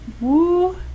woo